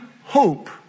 hope